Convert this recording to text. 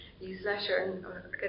newsletter